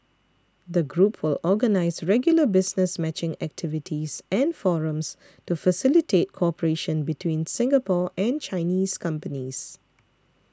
the group will organise regular business matching activities and forums to facilitate cooperation between Singapore and Chinese companies